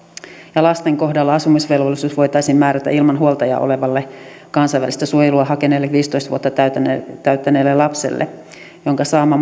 ja lasten kohdalla asumisvelvollisuus voitaisiin määrätä ilman huoltajaa olevalle kansainvälistä suojelua hakeneelle viisitoista vuotta täyttäneelle lapselle jonka saama